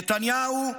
נתניהו,